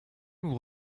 nous